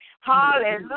hallelujah